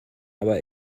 aber